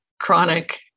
chronic